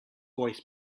voice